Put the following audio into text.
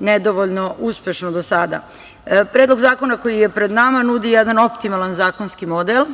nedovoljno uspešno do sada. Predlog zakona koji je pred nama nudi jedan optimalan zakonski model